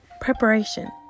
Preparation